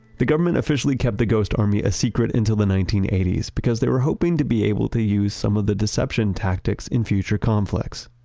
the government officially kept the ghost army a secret until the nineteen eighty s because they were hoping to be able to use some of the deception tactics in future conflicts.